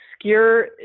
obscure